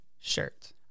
shirt